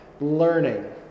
learning